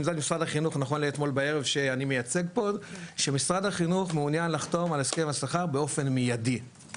נכון לאתמול בערב משרד החינוך מעוניין לחתום על הסכם השכר באופן מיידי,